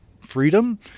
freedom